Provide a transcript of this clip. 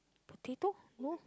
potato no